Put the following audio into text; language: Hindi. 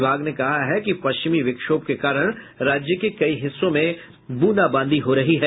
विभाग ने कहा है कि पश्चिमी विक्षोभ के कारण राज्य के कई हिस्सों में ब्रंदाबादी हो रही है